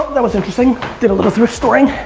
that was interesting, did a little thrift storing.